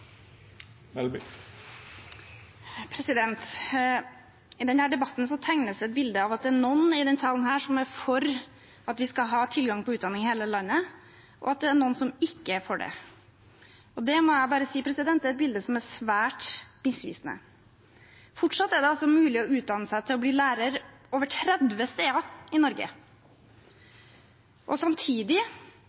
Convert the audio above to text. I denne debatten tegnes det et bilde av at det er noen i denne salen som er for at vi skal ha tilgang på utdanning i hele landet, og at det er noen som ikke er for det. Det må jeg si er et bilde som er svært misvisende. Fortsatt er det mulig å utdanne seg til å bli lærer ved over 30 steder i Norge. Samtidig